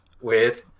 weird